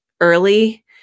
early